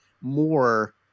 more